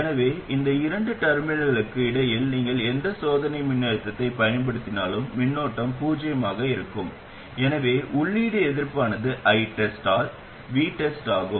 எனவே இந்த இரண்டு டெர்மினல்களுக்கு இடையில் நீங்கள் எந்த சோதனை மின்னழுத்தத்தைப் பயன்படுத்தினாலும் மின்னோட்டம் பூஜ்ஜியமாக இருக்கும் எனவே உள்ளீடு எதிர்ப்பானது ITEST ஆல் VTEST ஆகும்